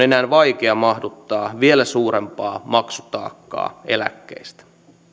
enää vaikea mahduttaa vielä suurempaa maksutaakkaa eläkkeistä